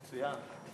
מצוין.